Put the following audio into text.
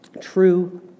true